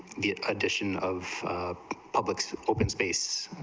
the addition of public's open space,